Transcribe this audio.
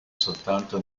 soltanto